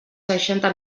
seixanta